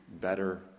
better